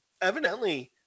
evidently